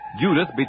Judith